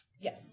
Yes